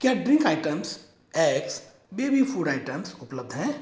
क्या drink items eggs baby food items उपलब्ध हैं